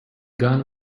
gun